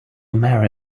marry